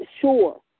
sure